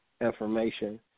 information